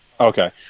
Okay